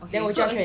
then 我说